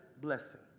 blessing